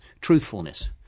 truthfulness